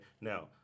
Now